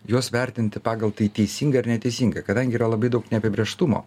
juos vertinti pagal tai teisinga ar neteisinga kadangi yra labai daug neapibrėžtumo